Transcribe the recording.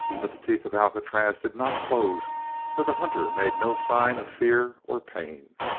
but the teeth of alcatraz did not close for the hunter made no sign of fear or pain.